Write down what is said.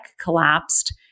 collapsed